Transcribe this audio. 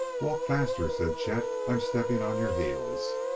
walk faster, said chet i'm stepping on your heels.